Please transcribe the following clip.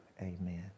Amen